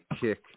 kick